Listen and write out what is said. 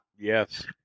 Yes